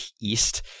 east